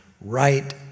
right